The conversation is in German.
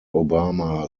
obama